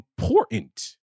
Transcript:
important